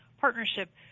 partnership